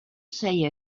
say